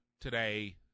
today